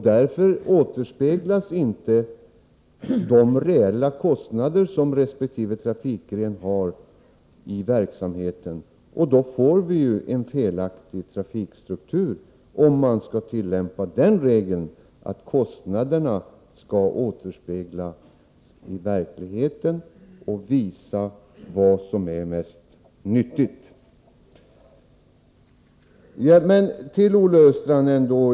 Därför återspeglas inte de reella kostnader som resp. trafikgren har i verksamheten. Vi får en felaktig trafikstruktur, om man skall tillämpa regeln att kostnaderna skall återspeglas i verkligheten och visa vad som är mest nyttigt.